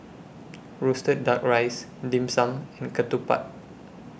Roasted Duck Rice Dim Sum and Ketupat